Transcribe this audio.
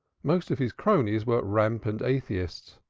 most of his cronies were rampant atheists,